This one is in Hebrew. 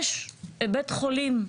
יש בית חולים,